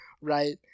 right